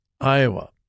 Iowa